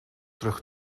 terug